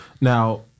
now